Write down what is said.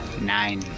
Nine